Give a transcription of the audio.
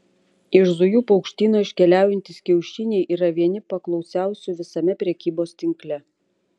iš zujų paukštyno iškeliaujantys kiaušiniai yra vieni paklausiausių visame prekybos tinkle